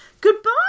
Goodbye